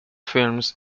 films